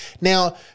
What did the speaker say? Now